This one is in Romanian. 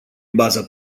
baza